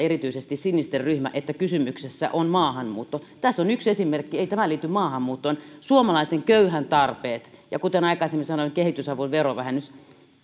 erityisesti sinisten ryhmä on halunnut puhua että kysymyksessä oli maahanmuutto tässä on yksi esimerkki ei tämä liity maahanmuuttoon suomalaisen köyhän tarpeet ja kuten aikaisemmin sanoin kehitysavun verovähennys oikeastaan